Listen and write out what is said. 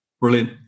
Brilliant